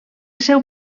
seu